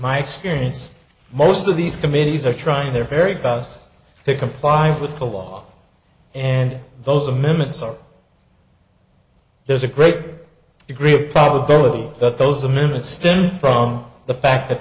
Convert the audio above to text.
my experience most of these committees are trying their very best to comply with the law and those amendments are there's a great degree of probability that those amendments stem from the fact that